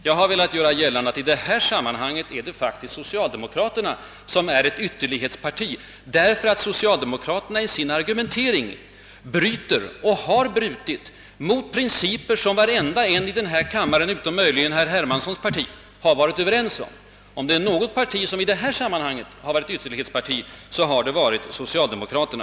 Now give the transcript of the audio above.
Jag gör gällande, att — om man över huvud skall tala om ytterlighetspartier — det i detta fall är socialdemokratin som är ytterlighetsparti, därför att socialdemokraterna i sin argumentering bryter och har brutit mot principer, som alla ledamöter i denna kammare — möjligen med undantag av herr Hermansson och hans partikolleger — har varit överens om. Om något parti i detta sammanhang skall betecknas som ytterlighetsparti, så är det socialdemokraterna!